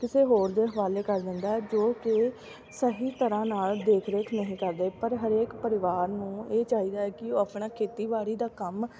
ਕਿਸੇ ਹੋਰ ਦੇ ਹਵਾਲੇ ਕਰ ਦਿੰਦਾ ਹੈ ਜੋ ਕਿ ਸਹੀ ਤਰ੍ਹਾਂ ਨਾਲ ਦੇਖ ਰੇਖ ਨਹੀਂ ਕਰਦੇ ਪਰ ਹਰੇਕ ਪਰਿਵਾਰ ਨੂੰ ਇਹ ਚਾਹੀਦਾ ਹੈ ਕਿ ਉਹ ਆਪਣਾ ਖੇਤੀਬਾੜੀ ਦਾ ਕੰਮ